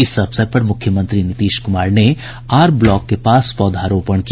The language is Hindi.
इस अवसर पर मुख्यमंत्री नीतीश कुमार ने आर ब्लॉक के पास पौधारोपण किया